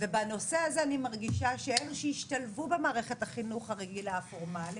בנושא הזה אני מרגישה שאלו שהשתלבו במערכת החינוך הרגילה הפורמלית,